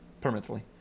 permanently